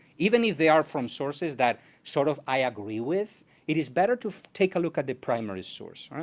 even if they are from sources that sort of i agree with, it is better to take a look at the primary source.